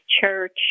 church